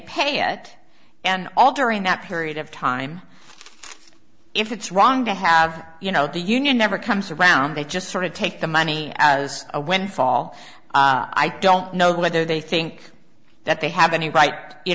pay it and all during that period of time if it's wrong to have you know the union never comes around they just sort of take the money as a windfall i don't know whether they think that they have any right you